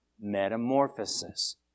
Metamorphosis